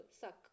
suck